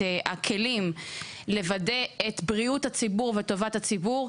הכלים לוודא את בריאות הציבור וטובת הציבור,